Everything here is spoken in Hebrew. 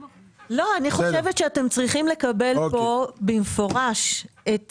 לא, אני חושבת שאתם צריכים לקבל פה במפורש את